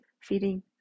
feeding